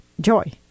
joy